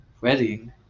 wedding